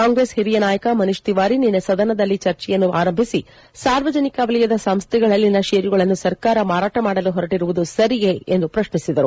ಕಾಂಗ್ರೆಸ್ ಹಿರಿಯ ನಾಯಕ ಮನೀಶ್ ತಿವಾರಿ ನಿನ್ನೆ ಸದನದಲ್ಲಿ ಚರ್ಚೆಯನ್ನು ಆರಂಭಿಸಿ ಸಾರ್ವಜನಿಕ ವಲಯದ ಸಂಸ್ಲೆಗಳಲ್ಲಿನ ಷೇರುಗಳನ್ನು ಸರ್ಕಾರ ಮಾರಾಟ ಮಾಡಲು ಹೊರಟಿರುವುದು ಸರಿಯೇ ಎಂದು ಪ್ರತ್ನಿಸಿದರು